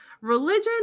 Religion